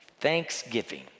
thanksgiving